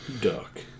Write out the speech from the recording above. Duck